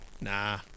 nah